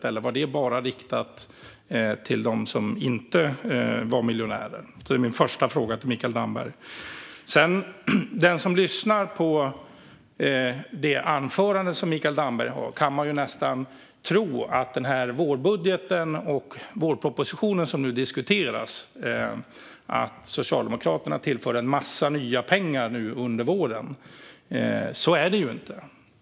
Eller var det bara riktat till dem som inte var miljonärer? Av anförandet som Mikael Damberg håller när vi nu diskuterar vårbudgeten och vårpropositionen kan man nästan tro att Socialdemokraterna tillför en massa nya pengar nu under våren. Så är det ju inte.